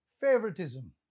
favoritism